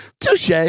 touche